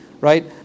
right